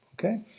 Okay